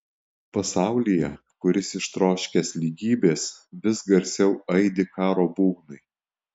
pasaulyje kuris ištroškęs lygybės vis garsiau aidi karo būgnai